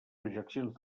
projeccions